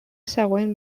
següent